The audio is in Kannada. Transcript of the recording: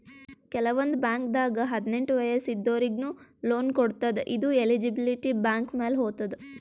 ಕೆಲವಂದ್ ಬಾಂಕ್ದಾಗ್ ಹದ್ನೆಂಟ್ ವಯಸ್ಸ್ ಇದ್ದೋರಿಗ್ನು ಲೋನ್ ಕೊಡ್ತದ್ ಇದು ಎಲಿಜಿಬಿಲಿಟಿ ಬ್ಯಾಂಕ್ ಮ್ಯಾಲ್ ಹೊತದ್